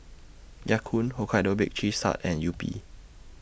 Ya Kun Hokkaido Baked Cheese Tart and Yupi